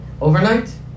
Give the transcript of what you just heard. overnight